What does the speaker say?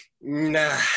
nah